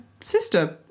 sister